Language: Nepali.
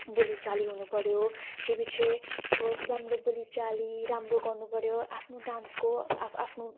बोली चाली हुनु पऱ्यो त्यो पछि अब राम्रो बोलाी चाली राम्रो गर्नु पऱ्यो आफ्नो डान्सको आफू आफू